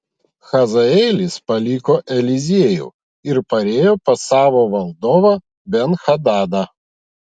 hazaelis paliko eliziejų ir parėjo pas savo valdovą ben hadadą